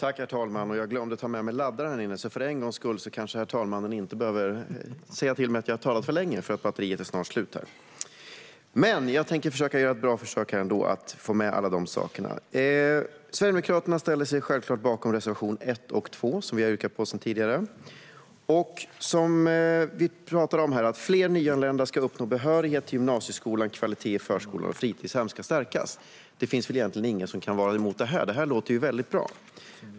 Herr talman! Jag glömde att ta med mig laddaren, så för en gångs skull kanske herr talman inte behöver säga till mig att jag har talat för länge. Batteriet är snart slut, men jag tänker ändå göra ett bra försök att få med allt. Jag ställer mig självklart bakom Sverigedemokraternas reservationer 1 och 2, som vi har yrkat på tidigare. Vi talar alltså om att fler nyanlända ska uppnå behörighet till gymnasieskolan och att kvaliteten i förskola och fritidshem ska stärkas. Det är väl ingen som kan vara emot det; det låter ju väldigt bra.